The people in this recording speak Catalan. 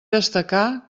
destacar